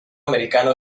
americano